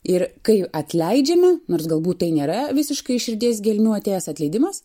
ir kai atleidžiame nors galbūt tai nėra visiškai iš širdies gelmių atėjęs atleidimas